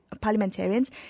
parliamentarians